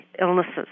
illnesses